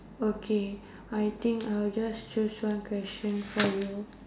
okay I think I'll just choose one question for you